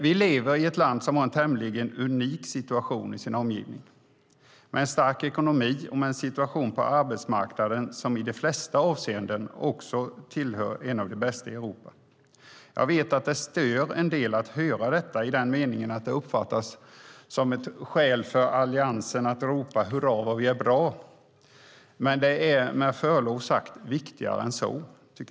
Vi lever i ett land som har en tämligen unik situation i sin omgivning, med en stark ekonomi och med en situation på arbetsmarknaden som i de flesta avseenden också är en av de bästa i Europa. Jag vet att det stör en del att höra detta, i den meningen att det uppfattas som ett skäl för Alliansen att ropa hurra vad vi är bra, men det är med förlov sagt viktigare än så.